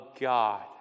God